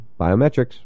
biometrics